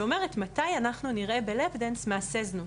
ואומרת מתי אנחנו נראה ב"לאפ דאנס" מעשה זנות.